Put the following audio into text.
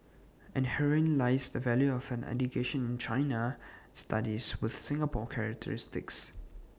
and herein lies the value of an education in China studies with Singapore characteristics